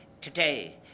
today